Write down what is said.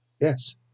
Yes